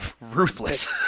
ruthless